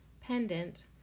pendant